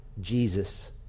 Jesus